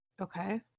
Okay